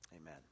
Amen